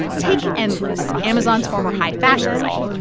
take endless, amazon's former high-fashion site.